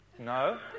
No